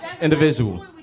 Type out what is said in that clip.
individual